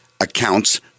accounts